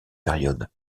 période